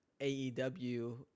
AEW